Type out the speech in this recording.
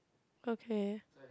okay